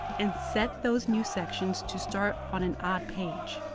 and set those new sections to start on an odd page.